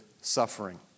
suffering